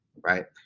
right